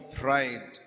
pride